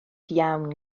iawn